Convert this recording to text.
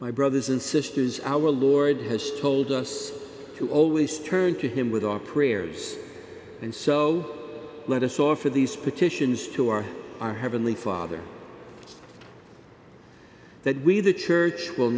my brothers and sisters our lord has told us to always turn to him with our prayers and so let us offer these petitions to our our heavenly father that we the church will